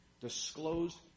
disclosed